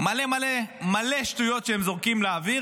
"מלא מלא" מלא שטויות שהם זורקים לאוויר,